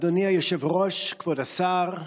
אדוני היושב-ראש, כבוד השר,